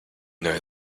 know